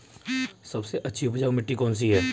सबसे अच्छी उपजाऊ मिट्टी कौन सी है?